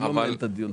אני לא מנהל את הדיון.